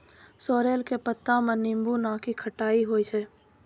sorrel के पत्ता मॅ नींबू नाकी खट्टाई होय छै